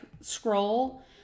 scroll